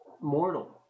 mortal